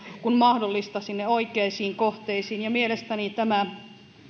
kuin mahdollista sinne oikeisiin kohteisiin ja mielestäni tämä